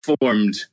formed